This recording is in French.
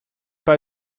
pas